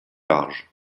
larges